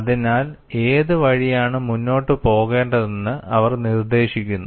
അതിനാൽ ഏത് വഴിയാണ് മുന്നോട്ട് പോകേണ്ടതെന്ന് അവർ നിർദ്ദേശിക്കുന്നു